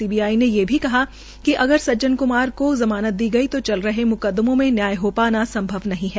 CBI ने ये कहा कि अगर सज्जन क्मार क्मार को जमानत दी गई तो चल रहे म्कदमों में न्याय हो पाना संभव नहीं हैं